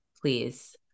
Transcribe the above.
please